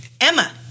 Emma